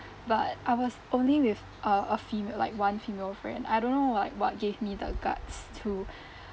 but I was only with a female like one female friend I don't know like what gave me the guards to